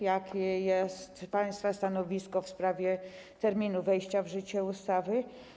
Jakie jest państwa stanowisko w sprawie terminu wejścia w życie ustawy?